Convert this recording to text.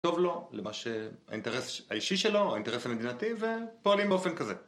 טוב לו למה שהאינטרס האישי שלו, האינטרס המדינתי, ופועלים באופן כזה